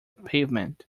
pavement